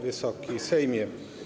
Wysoki Sejmie!